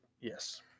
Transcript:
Yes